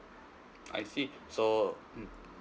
I see so mm